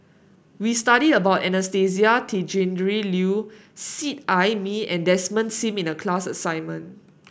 we studied about Anastasia Tjendri Liew Seet Ai Mee and Desmond Sim in the class assignment